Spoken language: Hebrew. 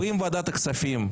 ואם ועדת הכספים,